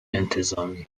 انتظامی